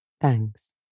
Thanks